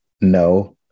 no